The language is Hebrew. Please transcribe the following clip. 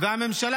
זה לא ייפסק,